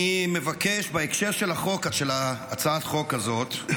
אני מבקש בהקשר של הצעת החוק הזאת,